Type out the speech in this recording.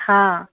हा